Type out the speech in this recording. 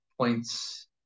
points